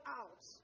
out